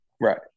Right